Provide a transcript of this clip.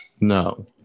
No